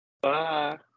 Bye